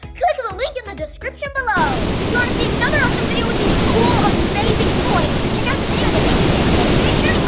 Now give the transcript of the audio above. click on the link in the description below! if you want to see another awesome video with these cool amazing toys, check out the video the ninja kidz did! make sure